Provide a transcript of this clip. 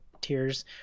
tiers